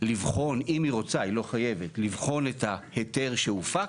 לבחון, אם היא רוצה היא לא חייבת, את ההיתר שהופק,